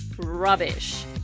Rubbish